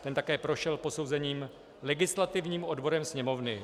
Ten také prošel posouzením legislativním odborem Sněmovny.